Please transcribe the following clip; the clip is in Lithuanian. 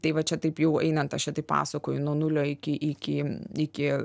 tai va čia taip jau einant aš čia taip pasakoju nuo nulio iki iki iki